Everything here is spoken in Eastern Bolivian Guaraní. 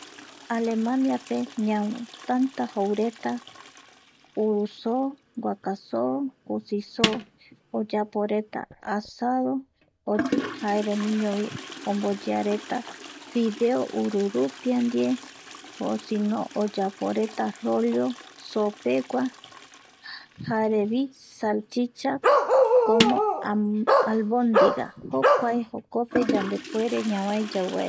Alemaniape tanta joureta. urusoo, guaka soo, kusi soo, oyaporeta asado jaeramiñovi omboyearetafideo ururupia ndie osino oyaporeta rollo soopegua, jarevi salchichas, como albondiga jokuae jokope yandepuere ñavae yau vaera